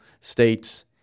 states